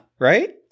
Right